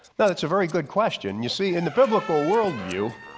now that's a very good question. you see in the biblical worldview,